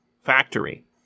factory